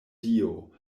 dio